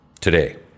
today